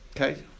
Okay